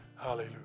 Hallelujah